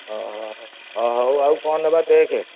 ହଁ ହଁ ହଁ ହଉ ଆଉ କ'ଣ ନେବା ଦେଖେ